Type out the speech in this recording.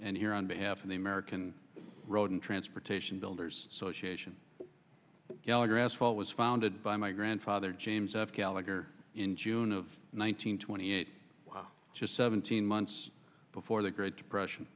and here on behalf of the american road and transportation builders association gallagher asphalt was founded by my grandfather james f gallagher in june of one nine hundred twenty eight wow just seventeen months before the great depression